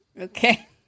Okay